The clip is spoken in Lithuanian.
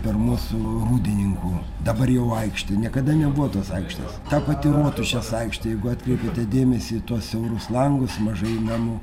per mūsų rūdininkų dabar jau aikštė niekada nebuvo tos aikštės ta pati rotušės aikštė jeigu atkreipėte dėmesį į tuos siaurus langus mažai namų